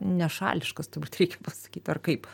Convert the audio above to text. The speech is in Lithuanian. nešališkas turbūt reikia pasakyt ar kaip